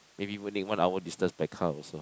maybe won't need one hour distance by car also